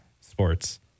Sports